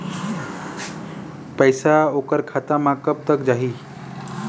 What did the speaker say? पैसा ओकर खाता म कब तक जाही?